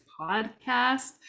podcast